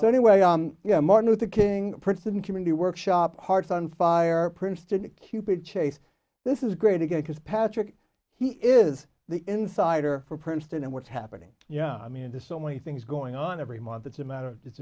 so anyway on martin luther king princeton community workshop hearts on fire princeton cupid chase this is great again because patrick he is the insider for princeton and what's happening yeah i mean there's so many things going on every month it's a matter of